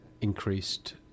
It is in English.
increased